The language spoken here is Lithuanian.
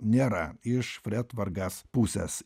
nėra iš fred vargas pusės